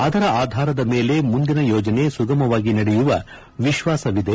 ಅದರ ಆಧಾರದ ಮೇಲೆ ಮುಂದಿನ ಯೋಜನೆ ಸುಗಮವಾಗಿ ನಡೆಯುವ ವಿಶ್ವಾಸವಿದೆ